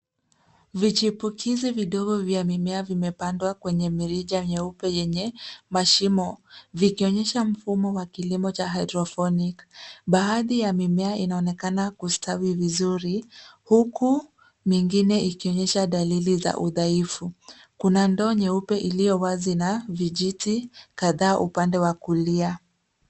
Vichipukizi vidogo vya mimea vimepandwa kwenye mirija nyeupe yenye mashimo vikionyesha mfumo wa kilimo cha hydroponic . Baadhi ya mimea inaonekana kustawi vizuri huku mingine ikionyesha dalili za udhaifu. Kuna ndoo nyeupe iliyo wazi na vijiti kadhaa upande wa kulia.